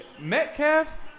Metcalf